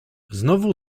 znowu